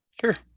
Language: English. Sure